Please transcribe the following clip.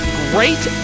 great